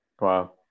Wow